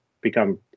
become